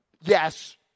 Yes